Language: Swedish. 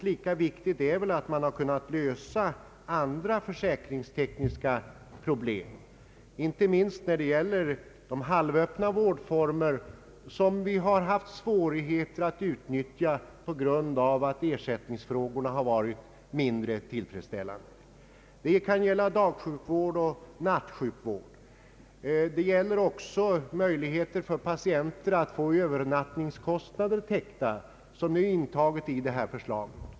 Lika viktigt är att man kunnat lösa andra försäkringstekniska problem, inte minst när det gäller de halvöppna vårdformer som vi har haft svårigheter att utnyttja på grund av att ersättningsformerna varit mindre tillfredsställande. Det kan gälla dagsjukvård och nattsjukvård och också möjligheten för patienierna att få övernattningskostnader täckta, som nu tagits in i detta förslag.